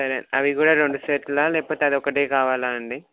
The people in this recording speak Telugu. సరే అవి కూడా రెండు సెట్లా లేకపోతే అది ఒకటే కావాలా అండి